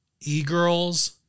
e-girls